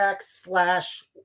slash